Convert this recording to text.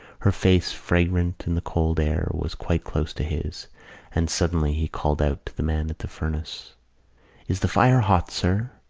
her face, fragrant in the cold air, was quite close to his and suddenly he called out to the man at the furnace is the fire hot, sir?